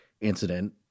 incident